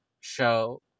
show